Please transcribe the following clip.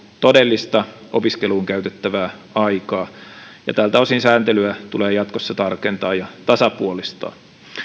todellista opiskeluun käytettävää aikaa tältä osin sääntelyä tulee jatkossa tarkentaa ja tasapuolistaa